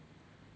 !wah!